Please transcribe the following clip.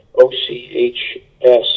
O-C-H-S